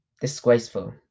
Disgraceful